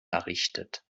errichtet